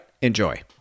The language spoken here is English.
Enjoy